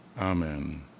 Amen